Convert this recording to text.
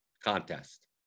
contest